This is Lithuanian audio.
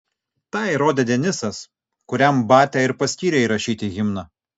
tą įrodė denisas kuriam batia ir paskyrė įrašyti himną